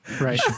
right